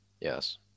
Yes